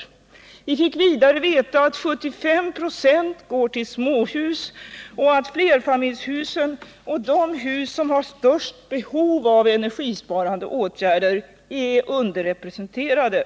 Vi fick vidare veta att 75 96 går till småhus och att flerfamiljshusen och de hus som har störst behov av energisparande åtgärder är underrepresenterade.